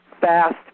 Fast